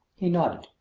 he nodded.